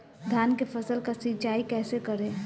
धान के फसल का सिंचाई कैसे करे?